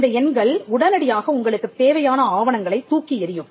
அந்த எண்கள் உடனடியாக உங்களுக்குத் தேவையான ஆவணங்களைத் தூக்கியெறியும்